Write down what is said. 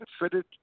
fitted